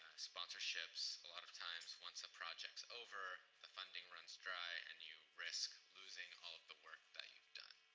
sponsorships. a lot of times once a project is over, the funding runs dry and you risk losing all of the work that you've done.